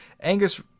Angus